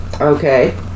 Okay